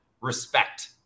respect